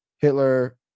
Hitler